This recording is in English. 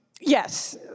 Yes